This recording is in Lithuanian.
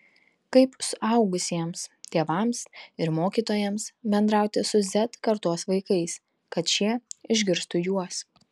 kaip suaugusiems tėvams ir mokytojams bendrauti su z kartos vaikais kad šie išgirstų juos